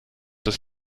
des